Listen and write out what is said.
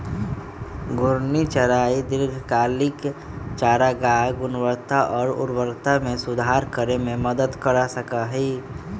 घूर्णी चराई दीर्घकालिक चारागाह गुणवत्ता और उर्वरता में सुधार करे में मदद कर सका हई